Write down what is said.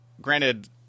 Granted